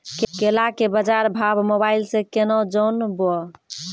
केला के बाजार भाव मोबाइल से के ना जान ब?